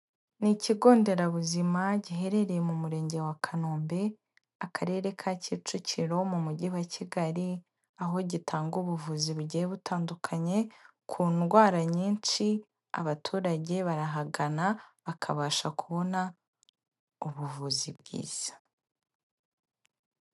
Ni Ikigo Nderabuzima giherereye mu Murenge wa Kanombe, Akarere ka Kicukiro mu Mujyi wa Kigali, aho gitanga ubuvuzi bugiye butandukanye, ku ndwara nyinshi abaturage barahagana bakabasha kubona ubuvuzi bwiza.